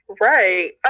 right